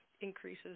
increases